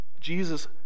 Jesus